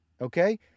Okay